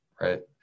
right